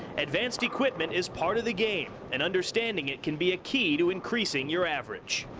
advanced equipment is part of the game. and understanding it can be a key to increasing your average.